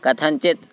कथञ्चित्